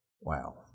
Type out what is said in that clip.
wow